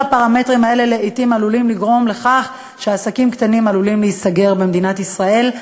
כל הפרמטרים האלה עלולים לגרום לכך שעסקים קטנים ייסגרו במדינת ישראל,